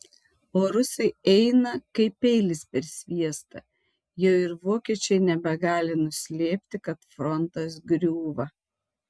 o rusai eina kaip peilis per sviestą jau ir vokiečiai nebegali nuslėpti kad frontas griūva